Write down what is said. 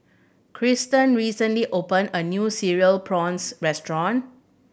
Triston recently opened a new Cereal Prawns restaurant